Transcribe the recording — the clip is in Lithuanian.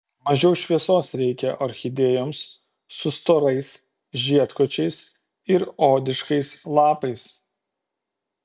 mažiau šviesos reikia orchidėjoms su storais žiedkočiais ir odiškais lapais